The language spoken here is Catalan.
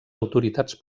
autoritats